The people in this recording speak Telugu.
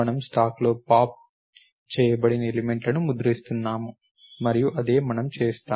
మనము స్టాక్లో పాప్ చేయబడిన ఎలిమెంట్లను ముద్రిస్తున్నాము మరియు ఇదే మనము చేస్తాము